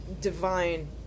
Divine